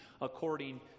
according